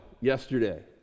yesterday